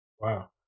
Wow